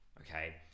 Okay